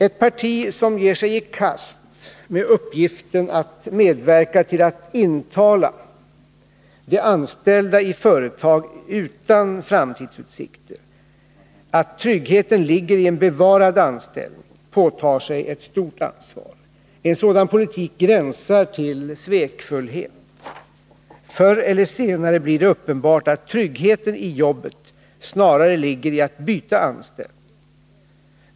Ett parti som ger sig i kast med uppgiften att medverka till att intala de anställda i företag utan framtidsutsikter att tryggheten ligger i en bevarad anställning påtar sig ett stort ansvar. En sådan politik gränsar till svekfullhet. Förr eller senare blir det uppenbart att tryggheten i jobbet snarare ligger i att byta anställning.